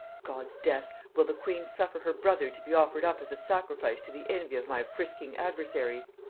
god's death! will the queen suffer her brother to be offered up as a sacrifice to the envy of my frisking adversaries!